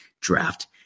draft